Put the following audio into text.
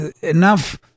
enough